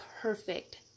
perfect